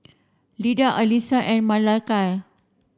Leda Elisa and Makaila